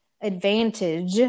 advantage